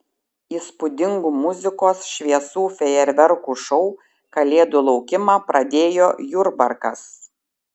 įspūdingu muzikos šviesų fejerverkų šou kalėdų laukimą pradėjo jurbarkas